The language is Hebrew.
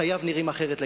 חייו נראים אחרת לגמרי.